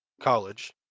college